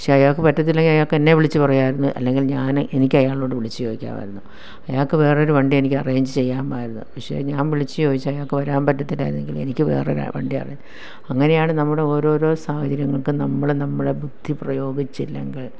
പക്ഷേ അയാള്ക്ക് പറ്റത്തില്ലെങ്കിൽ അയാള്ക്ക് എന്നെ വിളിച്ചു പറയാമായിരുന്നു അല്ലെങ്കിൽ ഞാന് എനിക്ക് അയാളോട് വിളിച്ചു ചോദിക്കാമായിരുന്നു അയാൾക്ക് വേറൊരു വണ്ടി എനിക്ക് അറേഞ്ച് ചെയ്യാമായിരുന്നു പക്ഷേ ഞാൻ വിളിച്ചു ചോദിച്ചു അയാൾക്ക് വരാൻ പറ്റത്തില്ലായിരുന്നെങ്കില് എനിക്ക് വേറൊരു ആ വണ്ടി അറേഞ്ച് അങ്ങനെയാണ് നമ്മുടെ ഓരോരോ സാഹചര്യങ്ങള്ക്കും നമ്മള് നമ്മുടെ ബുദ്ധി പ്രയോഗിച്ചില്ലെങ്കിൽ